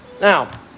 Now